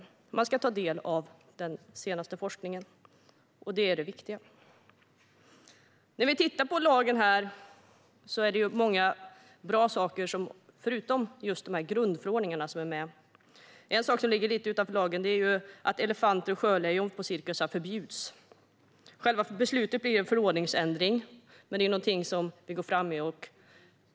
Man ska ta del av den senaste forskningen. Det är det viktiga. Förutom just dessa grundförordningar är det många bra saker som finns med i lagen. En sak som ligger lite utanför lagen är att elefanter och sjölejon förbjuds på cirkusar. Själva beslutet blir en förordningsändring. Men det är någonting som vi går fram med.